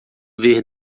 ver